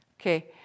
Okay